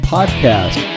Podcast